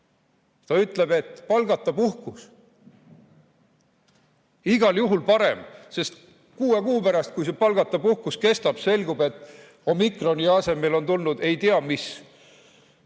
Ta ütleb, et palgata puhkus. Igal juhul parem, sest kuue kuu pärast, kui see palgata puhkus kestab, selgub, et omikroni asemele on tulnud ei tea mis